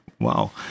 wow